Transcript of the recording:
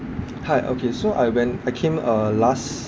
hi okay so I when I came uh last